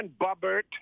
Bobert